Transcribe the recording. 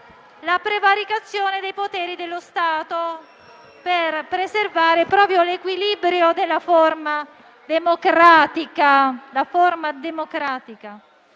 la prevaricazione dei poteri dello Stato per preservare proprio l'equilibrio della forma democratica.